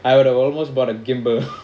I would have almost bought a gimbal